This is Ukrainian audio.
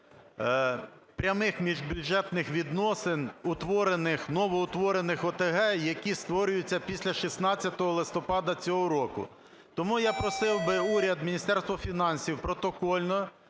прямих міжбюджетних відносин утворених, новоутворених ОТГ, які створюються після 16 листопада цього року. Тому я просив би уряд, Міністерство фінансів протокольно,